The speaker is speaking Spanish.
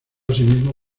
asimismo